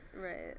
right